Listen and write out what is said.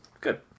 Good